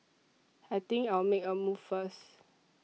I think I'll make a move first